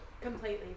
Completely